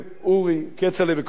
כצל'ה וכל האחרים,